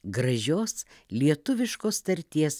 gražios lietuviškos tarties